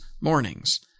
mornings